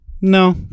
No